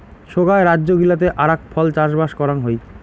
সোগায় রাজ্য গিলাতে আরাক ফল চাষবাস করাং হই